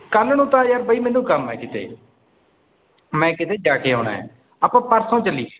ਕੱਲ੍ਹ ਨੂੰ ਤਾਂ ਯਾਰ ਬਈ ਮੈਨੂੰ ਕੰਮ ਹੈ ਕਿਤੇ ਮੈਂ ਕਿਤੇ ਜਾ ਕੇ ਆਉਣਾ ਆਪਾਂ ਪਰਸੋਂ ਚੱਲੀਏ